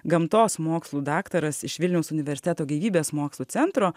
gamtos mokslų daktaras iš vilniaus universiteto gyvybės mokslų centro